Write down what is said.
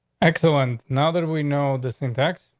excellent. now that we know this intacs,